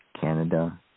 Canada